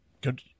Good